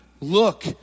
look